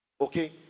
okay